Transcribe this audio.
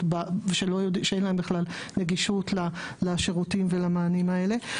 בהם אין להם בכלל נגישות למענים ולשירותים האלה.